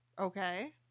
Okay